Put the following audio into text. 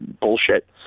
bullshit